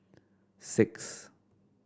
six